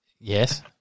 Yes